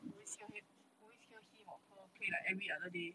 always hear hi~ always hear him or her play every other day